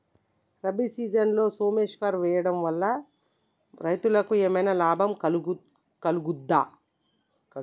రబీ సీజన్లో సోమేశ్వర్ వేయడం వల్ల రైతులకు ఏమైనా లాభం కలుగుద్ద?